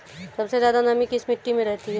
सबसे ज्यादा नमी किस मिट्टी में रहती है?